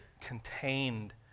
contained